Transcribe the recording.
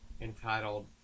Entitled